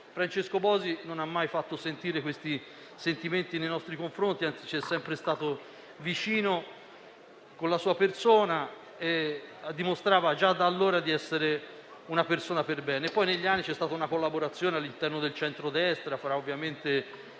Francesco Bosi non ha mai fatto sentire questi sentimenti nei nostri confronti; anzi, ci è sempre stato vicino con la sua presenza e dimostrava già da allora di essere una persona perbene. Negli anni c'è stata poi una collaborazione all'interno del centrodestra, tra l'area